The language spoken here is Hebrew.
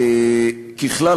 ככלל,